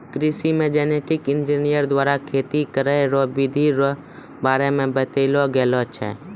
कृषि मे genetic engineer द्वारा खेती करै रो बिधि रो बारे मे बतैलो गेलो छै